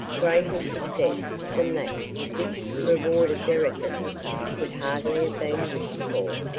greater success than that which rewarded their efforts could hardly have been wished for.